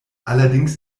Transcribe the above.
allerdings